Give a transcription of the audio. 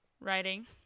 writing